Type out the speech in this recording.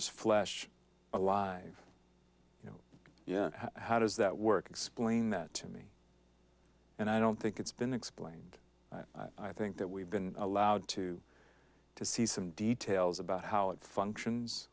s flesh alive yeah how does that work explain that to me and i don't think it's been explained i think that we've been allowed to to see some details about how it functions